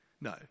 No